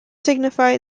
signify